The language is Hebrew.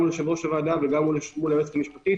גם מול יושב-ראש הוועדה וגם מול היועצת המשפטית.